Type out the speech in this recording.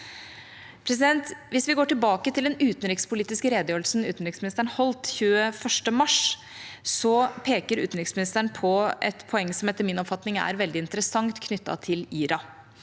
og i EU. Hvis vi går tilbake til den utenrikspolitiske redegjørelsen utenriksministeren holdt 21. mars, peker utenriksministeren på et poeng som etter min oppfatning er veldig interessant, knyttet til IRA.